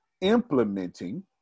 implementing